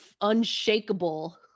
unshakable